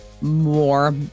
more